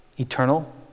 Eternal